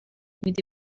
میدی